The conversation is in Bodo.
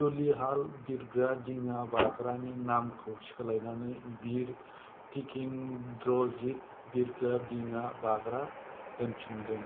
तुलिहाल बिरग्रा दिङा बाग्रानि नामखौ सोलायनानै बीर टिकेंद्रजीत बिरग्रा दिङा बाग्रा दोनफिनदों